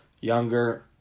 younger